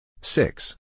Six